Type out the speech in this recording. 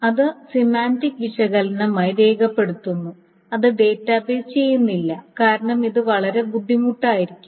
അത് സെമാന്റിക് വിശകലനമായി രേഖപ്പെടുത്തുന്നു അത് ഡാറ്റാബേസ് ചെയ്യുന്നില്ല കാരണം ഇത് വളരെ ബുദ്ധിമുട്ടായിരിക്കും